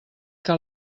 que